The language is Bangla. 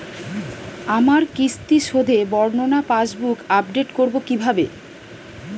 আমার কিস্তি শোধে বর্ণনা পাসবুক আপডেট করব কিভাবে?